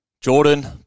Jordan